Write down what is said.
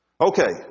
Okay